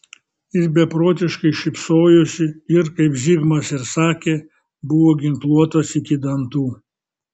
jis beprotiškai šypsojosi ir kaip zigmas ir sakė buvo ginkluotas iki dantų